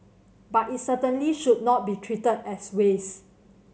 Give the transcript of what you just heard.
but it certainly should not be treated as waste